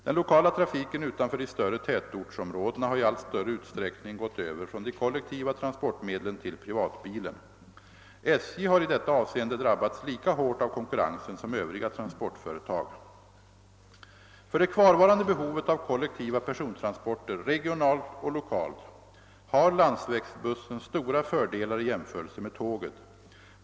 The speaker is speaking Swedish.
Den lokala trafiken utanför de större tätortsområdena har i allt större utsträckning gått över från de kolektiva transportmedlen till privatbilen. SJ har i detta avseende drabbats lika hårt av konkurrensen som övriga transportföretag. För det kvarvarande behovet av kollektiva persontransporter regionalt och lokalt har landsvägsbussen stora fördelar i jämförelse med tåget.